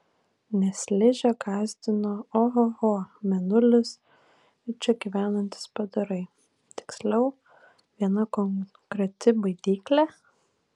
nes ližę gąsdino ohoho mėnulis ir čia gyvenantys padarai tiksliau viena konkreti baidyklė